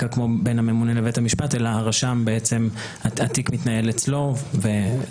כמו בין הממונה לבית המשפט אלא התיק מתנהל אצל הרשם וזה